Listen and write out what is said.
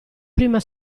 prima